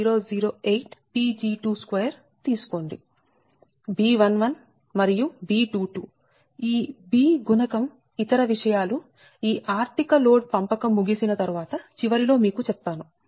B11 మరియు B22 ఈ B గుణకం ఇతర విషయాలు ఈ ఆర్థిక లోడ్ పంపకం ముగిసిన తర్వాత చివరి లో మీకు చెప్తాను